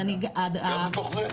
גם בתוך זה?